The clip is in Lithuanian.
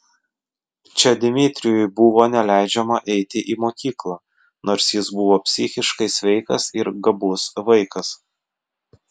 čia dmitrijui buvo neleidžiama eiti į mokyklą nors jis buvo psichiškai sveikas ir gabus vaikas